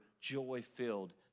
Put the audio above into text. joy-filled